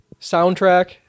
soundtrack